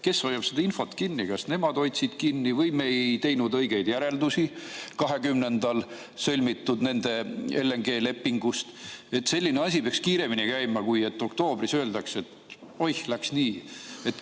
Kes hoiab seda infot kinni? Kas nemad hoidsid kinni või me ei teinud õigeid järeldusi 20. [mail] sõlmitud LNG-lepingust? Selline asi peaks kiiremini käima, mitte et oktoobris öeldakse, oih, läks nii.